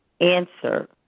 answer